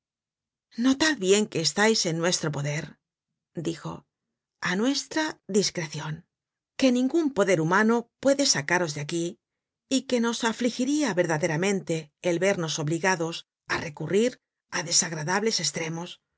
presentó notad bien que estais en nuestro poder dijo á nuestra discrecion que ningun poder humano puede sacaros de aquí y que nos afligiria verdaderamente el vernos obligados á recurrir á desagradables estreñios